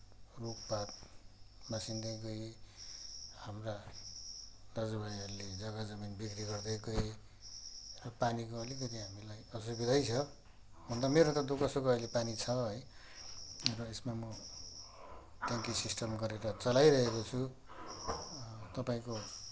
रुखपात मासिन्दै गए हाम्रा दाजुभाइहरूले जग्गा जमिन बिक्री गर्दै गए अब पानीको अलिकति हामीलाई असुविधै छ हुन त मेरो त दुःख सुख अहिले पानी छ है र एसमा म ट्याङ्की सिस्टम गरेर चलाइरहेको छु तपाईँको